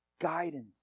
guidance